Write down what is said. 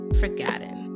forgotten